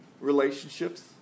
relationships